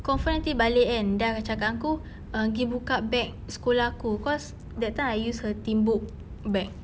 confirm nanti balik kan dia akan cakap aku err pergi buka beg sekolah aku cause that time I use her timbuk~ bag